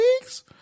weeks